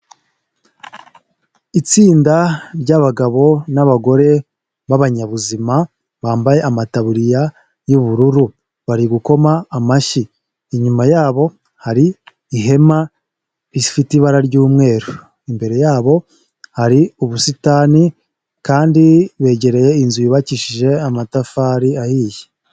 Itsinda ry'abagabo n'abagore b'abanyabuzima bambaye amatabuririya y'ubururu, bari gukoma amashyi; inyuma yabo hari ihema rifite ibara ry'umweru. Imbere yabo hari ubusitani, kandi begereye inzu yubakishije amatafari ahiye.